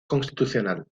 constitucional